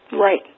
Right